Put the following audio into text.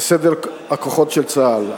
לסדר הכוחות של צה"ל.